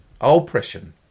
oppression